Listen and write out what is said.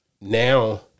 now